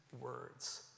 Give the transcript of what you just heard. words